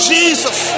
Jesus